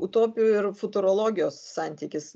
utopijų ir futurologijos santykis